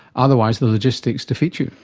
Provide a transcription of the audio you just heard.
otherwise the logistics defeat you.